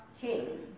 king